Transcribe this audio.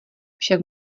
však